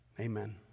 Amen